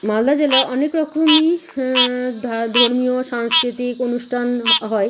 মালদা জেলায় অনেক রকমই ধর্মীয় সাংস্কৃতিক অনুষ্ঠান হয়